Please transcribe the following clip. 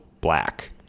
black